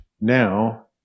now